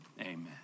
Amen